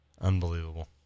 Unbelievable